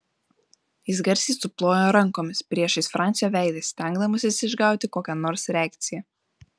jis garsiai suplojo rankomis priešais francio veidą stengdamasis išgauti kokią nors reakciją